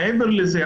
מעבר לזה,